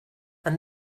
and